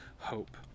hope